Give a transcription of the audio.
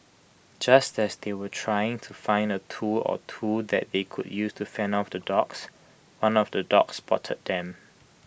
just as they were trying to find A tool or two that they could use to fend off the dogs one of the dogs spotted them